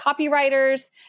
copywriters